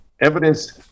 evidence